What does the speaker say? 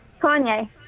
Kanye